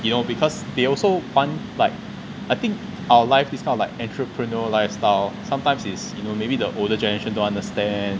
you know because they also want like I think our life this kind of like entrepreneur lifestyle sometimes is you know maybe the older generation to understand